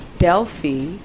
Delphi